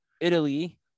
italy